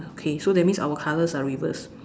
okay so that means our colors are reversed